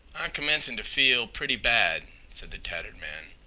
i'm commencin' t' feel pretty bad, said the tattered man,